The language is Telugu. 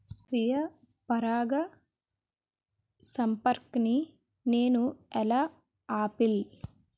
స్వీయ పరాగసంపర్కాన్ని నేను ఎలా ఆపిల్?